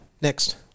Next